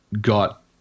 got